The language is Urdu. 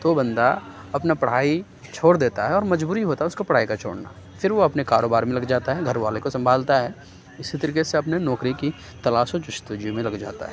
تو بندہ اپنا پڑھائی چھوڑ دیتا ہے اور مجبوری ہوتا ہے اُس کو پڑھائی کا چھوڑنا پھر وہ اپنے کاروبار میں لگ جاتا ہے گھر والے کو سنبھالتا ہے اِسی طریقے سے اپنی نوکری کی تلاش و جستجو میں لگ جاتا ہے